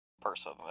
person